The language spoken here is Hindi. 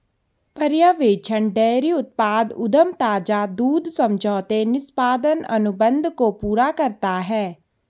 पर्यवेक्षण डेयरी उत्पाद उद्यम ताजा दूध समझौते निष्पादन अनुबंध को पूरा करता है